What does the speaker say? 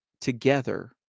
together